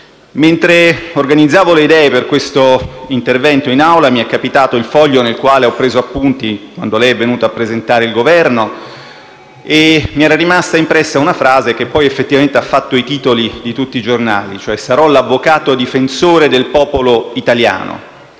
Mentre organizzavo le idee per questo intervento in Aula, mi è capitato il foglio nel quale ho preso appunti quando lei è venuto a presentare il Governo. Mi era rimasta impressa una frase, che poi effettivamente ha fatto i titoli di tutti i giornali: sarò l'avvocato difensore del popolo italiano.